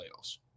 playoffs